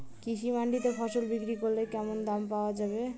কৃষি মান্ডিতে ফসল বিক্রি করলে কেমন দাম পাওয়া যাবে?